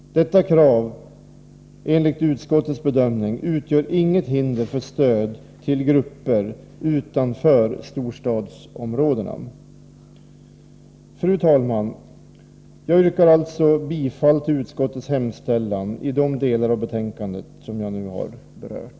Detta krav utgör enligt utskottets bedömning inget hinder för stöd till grupper utanför storstadsområdena. Fru talman! Jag yrkar bifall till utskottets hemställan i de delar av betänkandet som jag nu har berört.